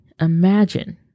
imagine